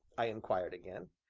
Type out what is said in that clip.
i inquired again.